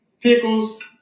Pickles